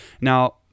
now